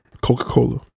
Coca-Cola